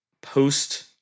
post